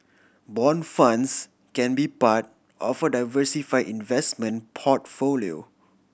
bond funds can be part of a diversify investment portfolio